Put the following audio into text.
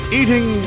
eating